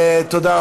תודה רבה.